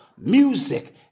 music